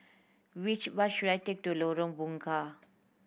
which bus should I take to Lorong Bunga